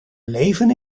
leven